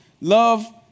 love